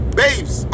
babes